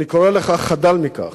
אני קורא לך: חדל מכך.